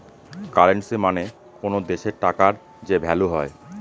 currency মানে কোনো দেশের টাকার যে ভ্যালু হয়